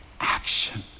action